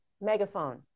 Megaphone